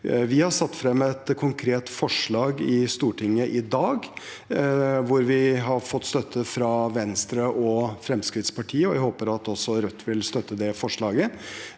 Vi har satt frem et konkret forslag i Stortinget i dag, hvor vi har fått støtte fra Venstre og Fremskrittspartiet, og jeg håper at også Rødt vil støtte det forslaget.